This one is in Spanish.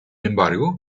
embargo